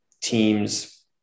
teams